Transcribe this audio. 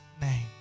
name